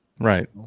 Right